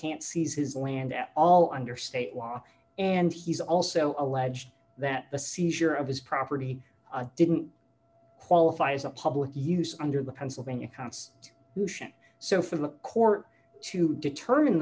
can't seize his land at all under state law and he's also alleged that the seizure of his property didn't qualify as a public use under the pennsylvania const bhushan so for the court to determine